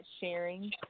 sharing